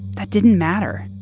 that didn't matter.